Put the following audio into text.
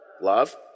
love